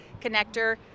connector